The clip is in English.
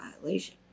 violation